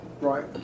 Right